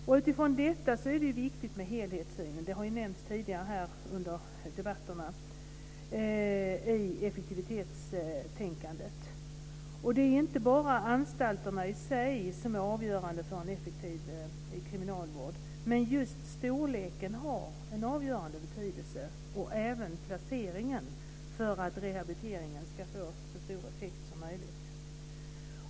Det är viktigt med helhetssynen i effektivitetstänkandet. Det har nämnts tidigare här under debatterna. Det är inte bara anstalterna i sig som är avgörande för en effektiv kriminalvård, men just storleken har en avgörande betydelse, och även placeringen, för att rehabiliteringen ska få så stor effekt som möjligt.